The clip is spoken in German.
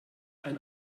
ein